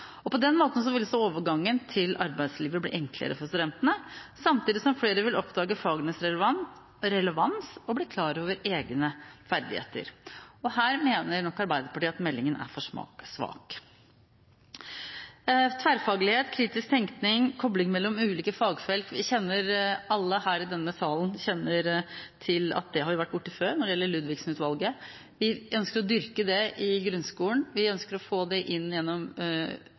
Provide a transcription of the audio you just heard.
relevante. På den måten vil også overgangen til arbeidslivet bli enklere for studentene, samtidig som flere vil oppdage fagenes relevans og bli klar over egne ferdigheter. Her mener nok Arbeiderpartiet at meldingen er for svak. Tverrfaglighet, kritisk tenkning, koblinger mellom ulike fagfelt – alle her i denne salen kjenner til at vi har vært borti det før når det gjelder Ludvigsen-utvalget. Vi ønsker å dyrke det i grunnskolen. Vi ønsker å få det inn gjennom